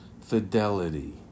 fidelity